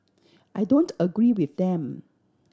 I don't agree with them